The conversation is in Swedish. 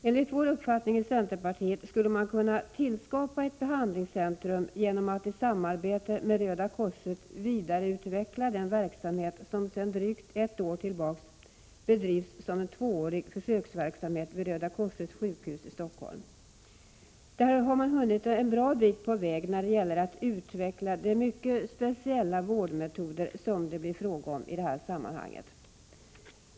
Enligt centerpartiets uppfattning skulle man kunna skapa ett behandlingscentrum genom att i samarbete med Röda korset vidareutveckla den försöksverksamhet som sedan drygt ett år tillbaka bedrivs vid Röda korsets sjukhus i Stockholm. Denna försöksverksamhet avses bli tvåårig. Där har man hunnit en bra bit på väg när det gäller att utveckla de mycket speciella vårdmetoder som det blir fråga om i det här sammanhanget.